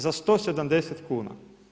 Za 170 kuna.